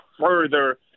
further